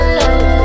love